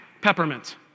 peppermint